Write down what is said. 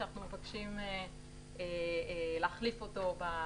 שאנחנו מבקשים להחליף אותו בהוראות